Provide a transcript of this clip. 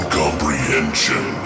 comprehension